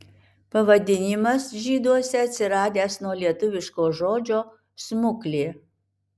pavadinimas žyduose atsiradęs nuo lietuviško žodžio smuklė